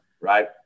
right